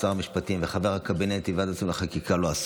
שר המשפטים וחבר הקבינט לא עסוק,